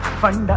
funny